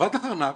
אבד לך ארנק,